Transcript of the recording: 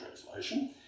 translation